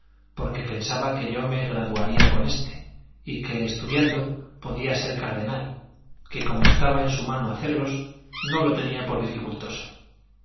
porque pensaba que yo me graduaría con este y que estudiando podría ser cardenal que como estaba en su mano hacerlos no lo tenía por dificultoso